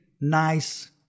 nice